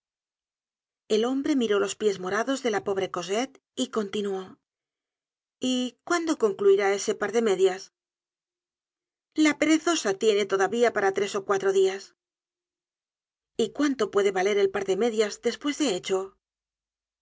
el hombre miró los pies morados de la pobre cosette y continuó y cuándo concluirá ese par de medias la perezosa tiene todavía para tres ó cuatro dias y cuánto puede valer el par de medias despues de hecho la